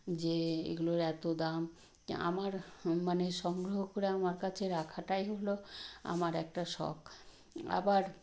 যে এগুলোর এতো দাম আমার মানে সংগ্রহ করে আমার কাছে রাখাটাই হলো আমার একটা শখ আবার